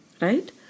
right